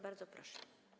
Bardzo proszę.